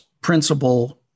principle